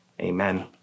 Amen